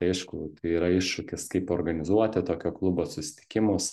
aišku yra iššūkis kaip organizuoti tokio klubo susitikimus